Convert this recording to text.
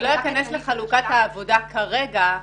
אני לא אכנס לחלוקת העבודה כרגע.